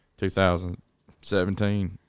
2017